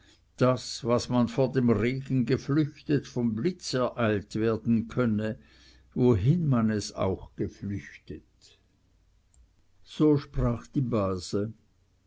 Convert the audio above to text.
daß was man vor dem regen geflüchtet vom blitz ereilt werden könne wohin man es auch geflüchtet so sprach die base